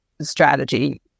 strategy